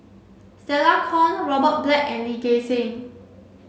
Stella Kon Robert Black and Lee Gek Seng